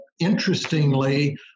Interestingly